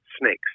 snakes